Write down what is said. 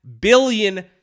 billion